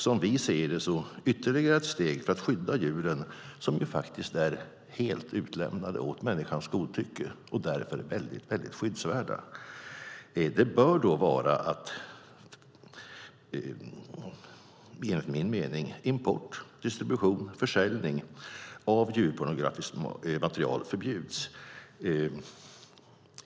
Som vi ser det bör ytterligare ett steg för att skydda djuren, som faktiskt är helt utlämnade åt människans godtycke och därför väldigt skyddsvärda, vara att import, distribution och försäljning av djurpornografiskt material förbjuds.